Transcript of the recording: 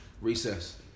Recess